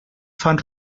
fan